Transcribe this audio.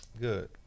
Good